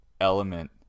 element